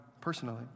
personally